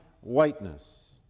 whiteness